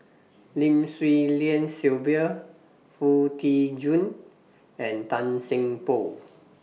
Lim Swee Lian Sylvia Foo Tee Jun and Tan Seng Poh